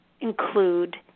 include